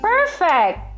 Perfect